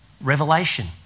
revelation